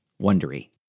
wondery